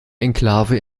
enklave